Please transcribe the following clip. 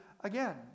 again